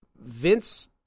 Vince